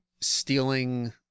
stealing